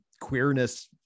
queerness